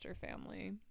family